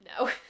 no